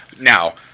Now